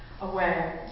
away